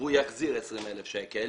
והוא יחזיר 20,000 שקלים.